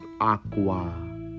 aqua